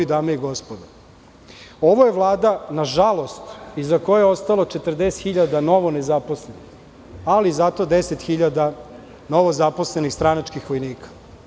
Ovo je Vlada, nažalost, iza koje je ostalo 40.000 novonezaposlenih, ali zato 10.000 novozaposlenih stranačkih vojnika.